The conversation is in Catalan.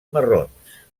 marrons